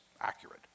accurate